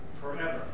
forever